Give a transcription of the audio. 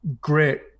great